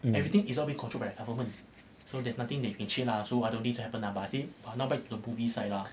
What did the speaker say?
everything it's all being controlled by the government so there's nothing that you can change lah so I don't think this will happen lah but I say not bad for the movie side lah